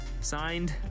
Signed